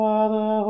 Father